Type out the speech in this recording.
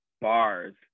Bars